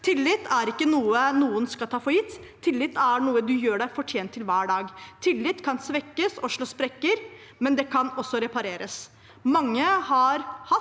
Tillit er ikke noe noen skal ta for gitt. Tillit er noe man gjør seg fortjent til hver dag. Tillit kan svekkes og slå sprekker, men den kan også repareres.